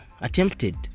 attempted